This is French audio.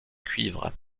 cuivre